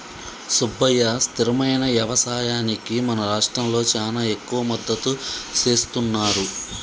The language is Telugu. సుబ్బయ్య స్థిరమైన యవసాయానికి మన రాష్ట్రంలో చానా ఎక్కువ మద్దతు సేస్తున్నారు